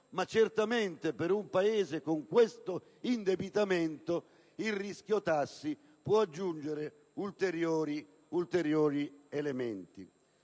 Certamente, in un Paese con questo indebitamento, il «rischio tassi» può aggiungere ulteriori elementi